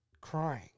crying